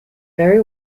very